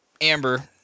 Amber